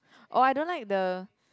oh I don't like the